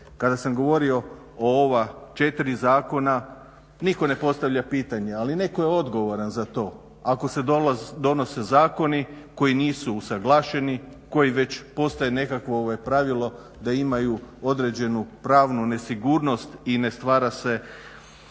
Kada sam govorio o ova četiri zakona, nitko ne postavlja pitanja, ali netko je odgovoran za to. Ako se donose zakoni koji nisu usuglašeni, koji već postoje nekakvo pravilo da imaju određenu pravnu nesigurnost i ne stvara se